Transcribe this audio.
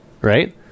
Right